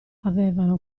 avevano